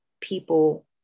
people